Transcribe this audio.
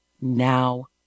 now